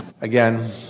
again